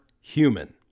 human